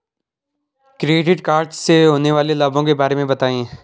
Credit card से होने वाले लाभों के बारे में बताएं?